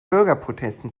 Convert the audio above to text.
bürgerprotesten